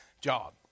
job